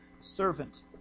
servant